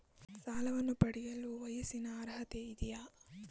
ಸಾಲವನ್ನು ಪಡೆಯಲು ವಯಸ್ಸಿನ ಅರ್ಹತೆ ಇದೆಯಾ?